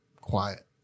quiet